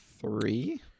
three